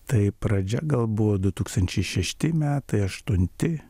tai pradžia gal buvo du tūkstančiai šešti metai aštunti